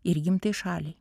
ir gimtai šaliai